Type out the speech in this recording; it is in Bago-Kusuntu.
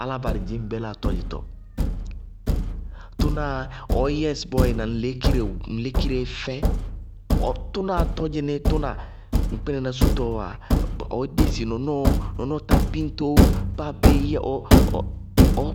Áláa barɩ dzɩñ ŋbéláa tɔdzɩtɔ. Tʋnáá ɔɔ yɛ ŋsɩbɔɔ ɔɔ yɛ na ŋ lékireé fɛ, ɔ tʋnaá tɔdzɩ ní, tʋna ŋ kpínaná sútɔ wá, ɔɔ dési nɔnɔɔ nɔnɔɔ tá biñto, báa béé yɛ ɔ